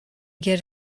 get